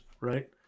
right